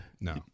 No